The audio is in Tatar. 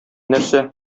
нәрсә